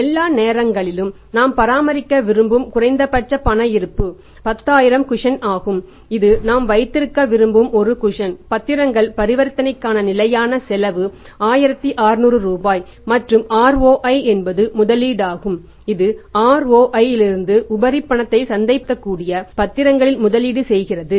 எல்லா நேரங்களிலும் நாம் பராமரிக்க விரும்பும் குறைந்தபட்ச பண இருப்பு 10000 குஷன் பத்திரங்கள் பரிவர்த்தனைக்கான நிலையான செலவு 1600 ரூபாய் மற்றும் ROI என்பது முதலீட்டாகும் இது ROI இலிருந்து உபரி பணத்தை சந்தைப்படுத்தக்கூடிய பத்திரங்களில் முதலீடு செய்கிறது